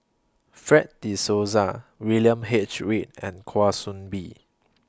Fred De Souza William H Read and Kwa Soon Bee